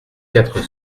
quatre